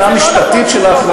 הוא קיים מבחינה משפטית של האחריות,